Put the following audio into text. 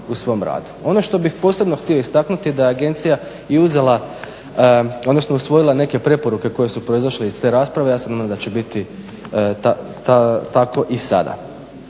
u svom radu. Ono što bih posebno htio istaknuti da je agencija i uzela, odnosno usvojila neke preporuke koje su proizašle iz te rasprave, ja se nadam da će biti tako i sada.